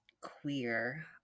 queer